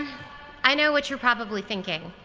i know what you're probably thinking.